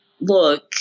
look